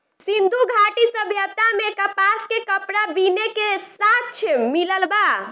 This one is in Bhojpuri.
सिंधु घाटी सभ्यता में कपास के कपड़ा बीने के साक्ष्य मिलल बा